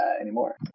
anymore